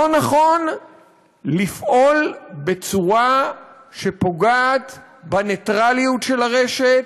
לא נכון לפעול בצורה שפוגעת בניטרליות של הרשת,